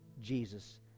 Jesus